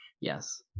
Yes